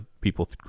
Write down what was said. people